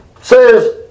Says